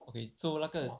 so 那个